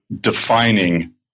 defining